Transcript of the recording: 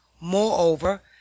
Moreover